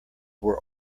were